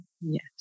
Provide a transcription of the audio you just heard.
Yes